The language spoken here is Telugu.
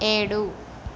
ఏడు